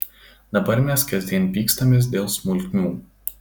dabar mes kasdien pykstamės dėl smulkmių